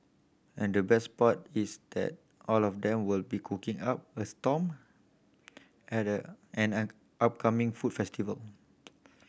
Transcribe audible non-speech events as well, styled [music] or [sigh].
and the best part is that all of them will be cooking up a storm at a an [unintelligible] upcoming food festival